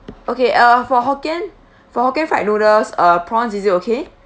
okay uh for hokkien for hokkien fried noodles uh prawns is it okay